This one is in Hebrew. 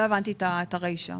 לא הבנתי את הרישה.